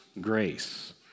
grace